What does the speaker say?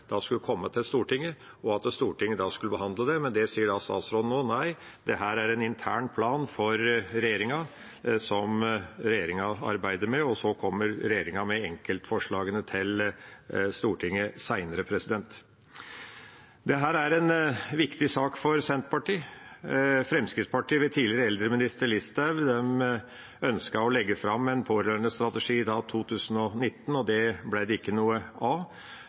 ventet skulle komme til Stortinget, slik at Stortinget kunne behandle det. Men nå sier statsråden: Nei, dette er en intern plan som regjeringa arbeider med, og så kommer regjeringa med enkeltforslag til Stortinget seinere. Dette er en viktig sak for Senterpartiet. Fremskrittspartiet, med tidligere eldreminister Listhaug, ønsket å legge fram en pårørendestrategi i 2019. Det ble det ikke noe av,